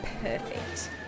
Perfect